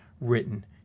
Written